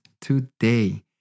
today